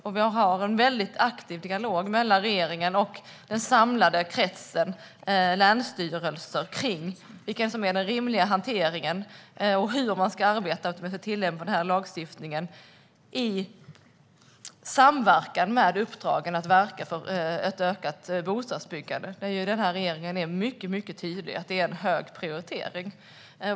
Regeringen har en mycket aktiv dialog med den samlade kretsen länsstyrelser om vilken som är den rimliga hanteringen och hur man ska arbeta med tillämpning av lagstiftningen i enlighet med uppdragen att verka för ett ökat bostadsbyggande. Den här regeringen är mycket tydlig med att det är högt prioriterat.